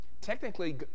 Technically